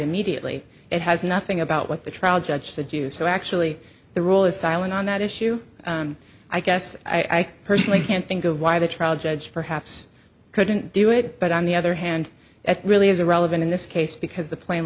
immediately it has nothing about what the trial judge to do so actually the rule is silent on that issue i guess i personally can't think of why the trial judge perhaps couldn't do it but on the other hand at really is irrelevant in this case because the pla